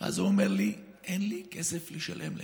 הוא אומר לי: אין לי כסף לשלם להם.